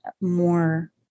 more